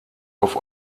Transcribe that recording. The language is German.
oft